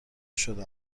شده